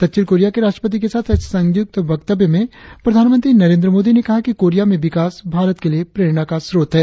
दक्षिण कोरिया के राष्ट्रपति के साथ एक संयुक्त वक्तव्य में प्रधानमंत्री नरेंद्र मोदी ने कहा कि कोरिया में विकास भारत के लिए प्रेरणा का स्रोत है